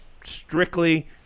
strictly